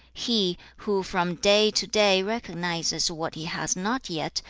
he, who from day to day recognises what he has not yet,